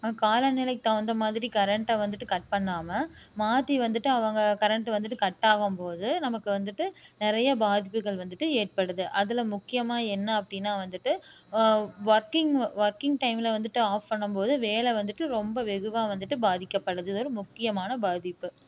கால நிலைக்கு தகுந்த மாதிரி கரண்ட்டை வந்து கட் பண்ணாமல் மாற்றி வந்துட்டு அவங்க கரண்ட் வந்துட்டு கட் ஆகும் போது நமக்கு வந்துட்டு நிறைய பாதிப்புகள் வந்துட்டு ஏற்படுது அதில் முக்கியமாக என்ன அப்படினா வந்துட்டு ஒர்க்கிங் ஒர்க்கிங் டைமில் வந்துட்டு ஆஃப் பண்ணும்போது வேலை வந்துட்டு ரொம்ப வெகுவாக வந்துட்டு பாதிக்கப்படுது இது ஒரு முக்கியமான பாதிப்பு